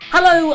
Hello